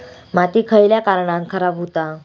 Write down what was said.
माती खयल्या कारणान खराब हुता?